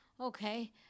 Okay